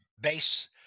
base